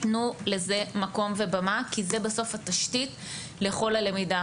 תנו לזה מקום ובמה, כי זה בסוף התשתית לכל הלמידה.